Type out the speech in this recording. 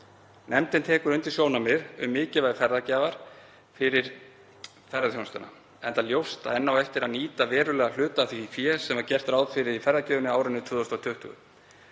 Nefndin tekur undir sjónarmið um mikilvægi ferðagjafar fyrir ferðaþjónustuna enda ljóst að enn á eftir að nýta verulegan hluta af því fé sem var gert ráð fyrir í ferðagjöfina á árinu 2020.